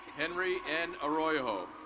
henry and arroyo.